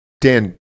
Dan